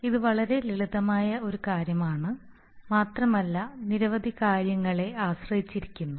ഇത് വളരെ ലളിതമായ ഒരു കാര്യമാണ് മാത്രമല്ല നിരവധി കാര്യങ്ങളെ ആശ്രയിച്ചിരിക്കുന്നു